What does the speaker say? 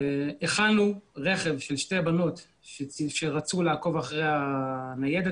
הכנו רכב של שתי בנות שרצו לעקוב אחרי הניידת